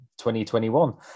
2021